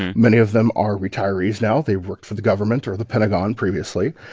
many of them are retirees now. they worked for the government or the pentagon previously,